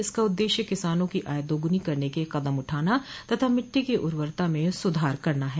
इसका उद्देश्य किसानों की आय दोगुनी करने के कदम उठाना तथा मिट्टी की उर्वरता में सुधार करना है